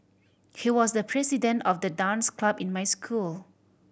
he was the president of the dance club in my school